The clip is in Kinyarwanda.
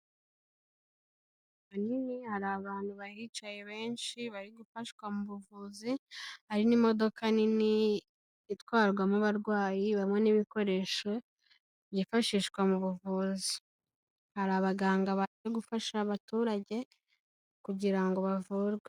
Ahanini hari abantu bahicaye benshi bari gufashwa mu buvuzi, hari n'imodoka nini itwarwamo abarwayi, harimo n'ibikoresho byifashishwa mu buvuzi, hari abaganga bajya gufasha abaturage, kugira bavurwe.